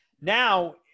Now